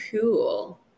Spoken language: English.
cool